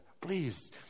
Please